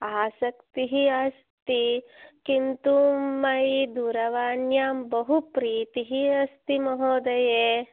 आसक्तिः अस्ति किन्तु मयि दूरवाण्यां बहु प्रीतिः अस्ति महोदये